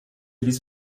ließ